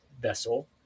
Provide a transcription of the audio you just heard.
vessel